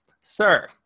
sir